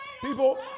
People